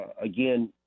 again